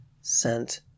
scent